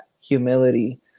humility